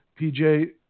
PJ